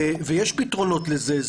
יש פתרונות לזה.